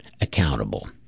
accountable